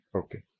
okay